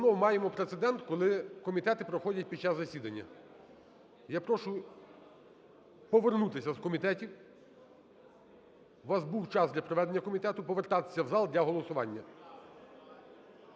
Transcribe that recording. Ми знову маємо прецедент, коли комітети проходять під час засідання. Я прошу повернутися з комітетів, у вас був час для проведення комітету. Повертатися в зал для голосування.